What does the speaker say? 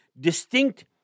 distinct